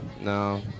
No